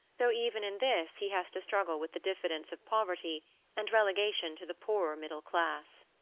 though even in this he has to struggle with the diffidence of poverty and relegation to the poorer middle class.